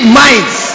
minds